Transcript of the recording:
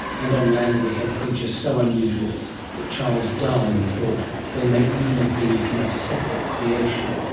and on land we have creatures so unusual that charles darwin thought they may even have been from a separate creation.